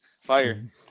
fire